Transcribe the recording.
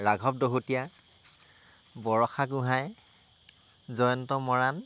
ৰাঘৱ দহোটীয়া বৰষা গোহাঁই জয়ন্ত মৰাণ